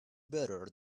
better